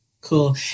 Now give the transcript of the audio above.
Cool